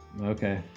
okay